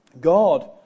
God